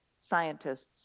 scientists